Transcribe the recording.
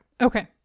Okay